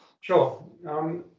Sure